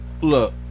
Look